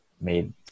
made